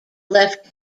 left